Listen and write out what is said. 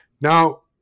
now